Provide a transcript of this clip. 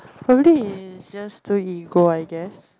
probably is just too ego I guess